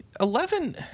Eleven